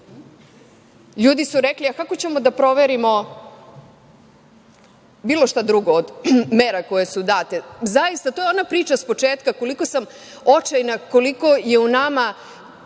se. Ljudi su rekli – kako ćemo da proverimo bilo šta drugo od mera koje su date. Zaista, to je ona priča sa početka – koliko sam očajna, koliko je u nama